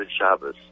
Shabbos